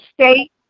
state